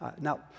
Now